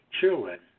children